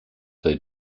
they